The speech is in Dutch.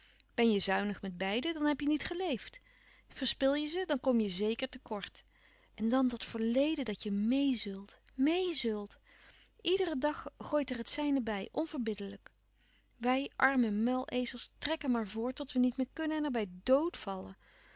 ben je zuinig met beiden dan heb je niet geleefd verspil je ze dan kom je zeker te kort en dan dat verleden dat je meêzeult meêzeult iederen dag gooit er het zijne bij onverbiddelijk wij arme muilezels trekken maar voort tot we niet meer kunnen en er bij dod vallen